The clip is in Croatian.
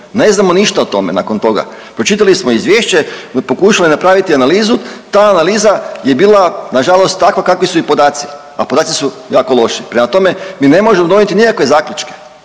ne znamo ništa o tome nakon toga. Pročitali smo Izvješće, pokušali napraviti analizu. Ta analiza je bila na žalost takva kakvi su i podaci, a podaci su jako loši. Prema tome, mi ne možemo donijeti nikakve zaključke.